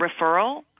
referral